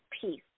peace